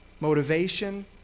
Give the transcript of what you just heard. motivation